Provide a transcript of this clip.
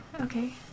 Okay